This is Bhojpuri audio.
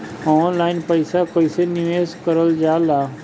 ऑनलाइन पईसा कईसे निवेश करल जाला?